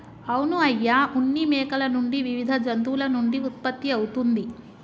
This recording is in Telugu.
అవును అయ్య ఉన్ని మేకల నుండి వివిధ జంతువుల నుండి ఉత్పత్తి అవుతుంది